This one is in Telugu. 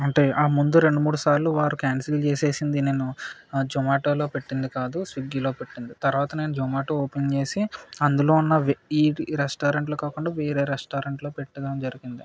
అంటే ఆ ముందు రెండు మూడు సార్లు వారు క్యాన్సిల్ చేసింది నేను జోమాటోలో పెట్టింది కాదు స్విగ్గిలో పెట్టింది తర్వాత నేను జోమాటో ఓపెన్ చేసి అందులో ఉన్న ఈ రెస్టారెంట్లు కాకుండా వేరే రెస్టారెంట్లో పెట్టడం జరిగింది